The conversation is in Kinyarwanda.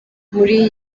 muri